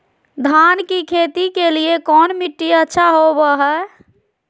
धान की खेती के लिए कौन मिट्टी अच्छा होबो है?